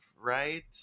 right